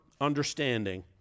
understanding